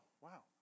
wow